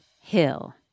Hill